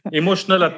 emotional